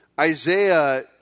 Isaiah